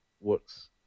works